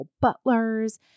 butlers